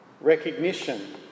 recognition